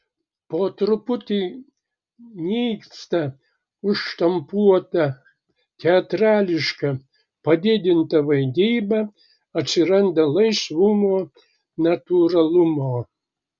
po truputį nyksta užštampuota teatrališka padidinta vaidyba atsiranda laisvumo natūralumo